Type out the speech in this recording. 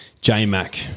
J-Mac